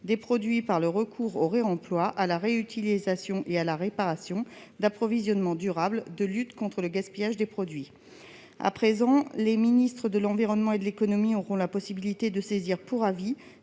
des produits par le recours au réemploi, à la réutilisation et à la réparation, d'approvisionnement durable ou de lutte contre le gaspillage des produits. À présent, les ministres chargés de l'environnement et de l'économie auront la possibilité de saisir pour avis